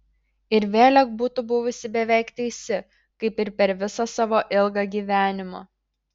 ir vėlek būtų buvusi beveik teisi kaip ir per visą savo ilgą gyvenimą